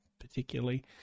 particularly